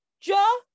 Joe